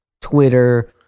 Twitter